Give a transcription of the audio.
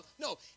no